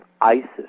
ISIS